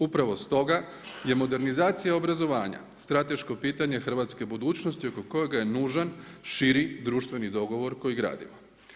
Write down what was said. Upravo stoga je modernizacija obrazovanja strateško pitanje hrvatske budućnosti oko kojega je nužan širi društveni dogovor koji gradimo.